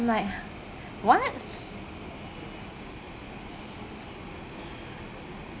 I'm like what